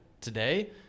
today